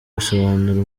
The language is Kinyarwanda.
bisobanura